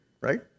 right